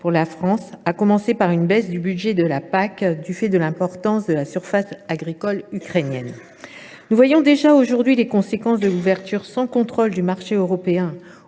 pour la France, à commencer par une baisse du budget de la PAC du fait de l’importance de la surface agricole ukrainienne. Nous voyons déjà aujourd’hui les conséquences de l’ouverture sans contrôle du marché européen